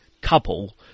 couple